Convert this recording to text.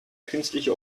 künstliche